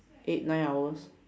eight nine hours